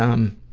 um,